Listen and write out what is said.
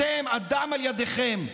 אתם, הדם על ידיכם.